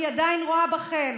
אני עדיין רואה בכם